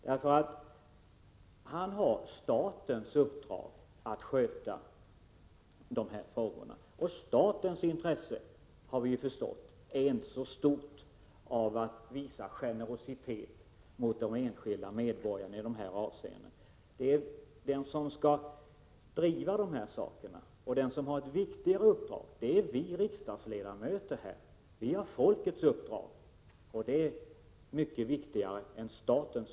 JK har nämligen statens uppdrag att sköta dessa frågor. Och vi har ju förstått att statens intresse inte är så stort av att visa generositet mot de enskilda medborgarna i dessa avseenden. De som skall driva dessa frågor och som har ett viktigare uppdrag är vi riksdagsledamöter. Vi har folkets uppdrag, och det är mycket viktigare än statens